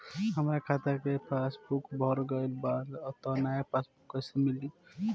हमार खाता के पासबूक भर गएल बा त नया पासबूक कइसे मिली?